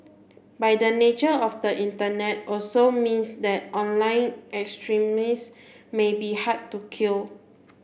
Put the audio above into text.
by the nature of the Internet also means that online extremism may be hard to kill